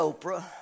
Oprah